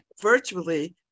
virtually